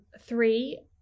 three